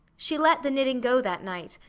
she let the knitting go that night,